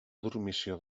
dormició